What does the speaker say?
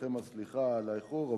ואתכם הסליחה על האיחור.